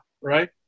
Right